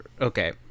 Okay